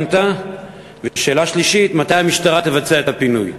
3. מתי תבצע המשטרה את הפינוי?